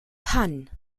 hann